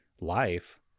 life